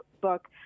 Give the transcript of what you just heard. book